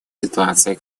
ситуации